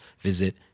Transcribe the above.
visit